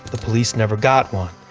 the police never got one.